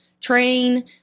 train